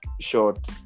short